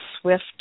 swift